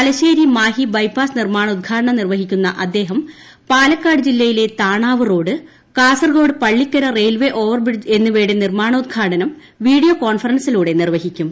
Thalassery Mahe bypass നിർമ്മാണ ഉദ്ഘാടന്നും ്നിർവ്വഹിക്കുന്ന അദ്ദേഹം പാലക്കാട് ജില്ലയിലെ താണ്ടാവ് road Kasaragod Pallikkara railway overbridge എന്നിവയുടെ നിർമ്മാണോ ദ്ഘാടനം വീഡിയോ ്ക്കാ്ൺഫറൻസിലൂടെ നിർവ്വഹിക്കും